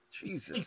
Jesus